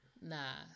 nah